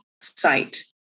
site